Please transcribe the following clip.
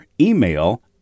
email